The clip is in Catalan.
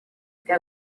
que